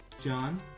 John